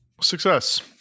success